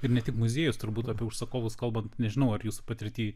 ir ne tik muziejus turbūt apie užsakovus kalbant nežinau ar jūsų patirty